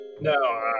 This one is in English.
No